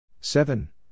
seven